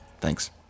Thanks